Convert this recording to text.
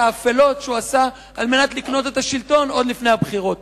האפלות שהוא עשה על מנת לקנות את השלטון עוד לפני הבחירות?